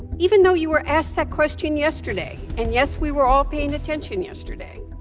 even though you were asked that question yesterday. and, yes, we were all paying attention yesterday.